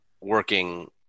working